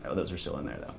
ah those are still in there,